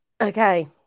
okay